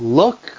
look